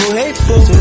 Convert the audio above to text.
hateful